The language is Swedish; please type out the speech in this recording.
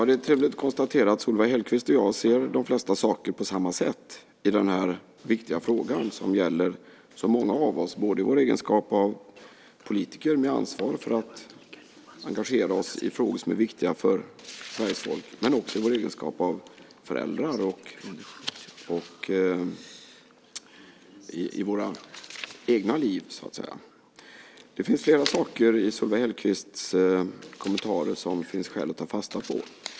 Det är trevligt att konstatera att Solveig Hellquist och jag ser de flesta saker på samma sätt i den här viktiga frågan som gäller så många av oss både i vår egenskap av politiker med ansvar för att engagera oss i frågor som är viktiga för Sveriges folk och i vår egenskap av föräldrar i våra egna liv. Det är flera saker i Solveig Hellquists kommentarer som det finns skäl att ta fasta på.